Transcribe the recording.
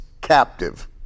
captive